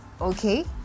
Okay